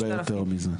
הרבה יותר מזה.